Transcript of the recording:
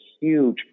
huge